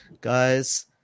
guys